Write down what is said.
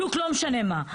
שוק לא משנה מה.